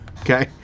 okay